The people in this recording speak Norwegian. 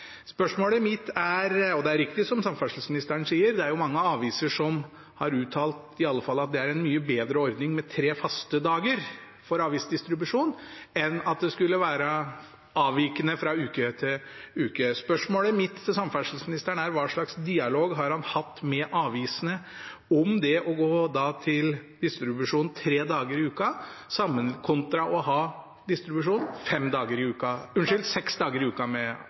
Og det er riktig som samferdselsministeren sier, at mange aviser har uttalt at det i alle fall er en mye bedre ordning med tre faste dager for avisdistribusjon enn at det skal være avvikende fra uke til uke. Spørsmålet mitt til samferdselsministeren er: Hva slags dialog har han hatt med avisene om det å gå til distribusjon tre dager i uka, kontra å ha distribusjon av aviser seks dager i uka? I utgangspunktet har eg lagt vekt på dei høyringsinnspela som har kome. I